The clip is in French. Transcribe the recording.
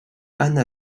anna